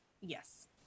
Yes